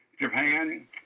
Japan